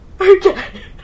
Okay